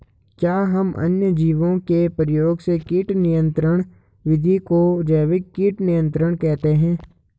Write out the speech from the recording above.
क्या हम अन्य जीवों के प्रयोग से कीट नियंत्रिण विधि को जैविक कीट नियंत्रण कहते हैं?